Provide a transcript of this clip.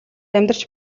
амьдарч